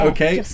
Okay